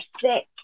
sick